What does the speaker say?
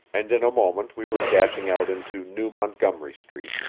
and in a moment we were dashing out into new montgomery street,